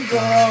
go